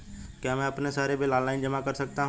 क्या मैं अपने सारे बिल ऑनलाइन जमा कर सकती हूँ?